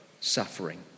suffering